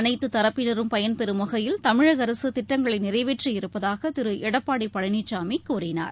அனைத்துதரப்பினரும் பயன்பெறும் வகையில் தமிழகஅரசுதிட்டங்களைநிறைவேற்றியிருப்பதாகதிருளடப்பாடிபழனிசாமிகூறினார்